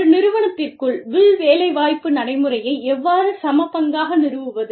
ஒரு நிறுவனத்திற்குள் உள் வேலைவாய்ப்பு நடைமுறையை எவ்வாறு சமபங்காக நிறுவுவது